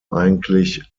eigentlich